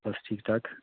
ਬਸ ਠੀਕ ਠਾਕ